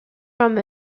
from